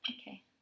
okay